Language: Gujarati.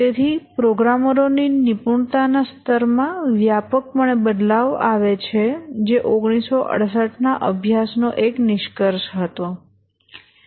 તેથી પ્રોગ્રામરોની નિપુણતાના સ્તરમાં વ્યાપકપણે બદલાવ આવે છે જે 1968 ના અભ્યાસ નો એક નિષ્કર્ષ હતો